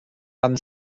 haben